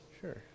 Sure